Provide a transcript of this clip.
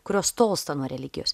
kurios tolsta nuo religijos